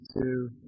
Two